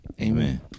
Amen